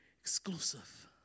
exclusive